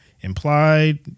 implied